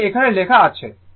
এটাই এখানে লেখা আছে